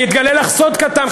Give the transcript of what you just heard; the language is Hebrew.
אני אגלה לך סוד קטן,